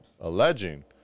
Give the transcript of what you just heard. alleging